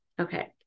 Okay